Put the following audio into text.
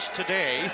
today